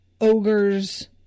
ogres